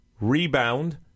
rebound